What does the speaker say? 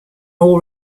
all